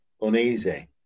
uneasy